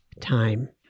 time